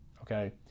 okay